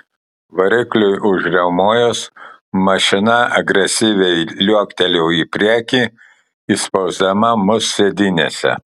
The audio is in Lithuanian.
varikliui užriaumojus mašina agresyviai liuoktelėjo į priekį įspausdama mus sėdynėse